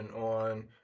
on